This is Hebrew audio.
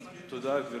תודה, גברתי.